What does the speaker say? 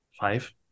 Five